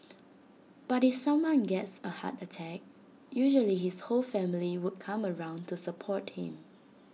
but if someone gets A heart attack usually his whole family would come around to support him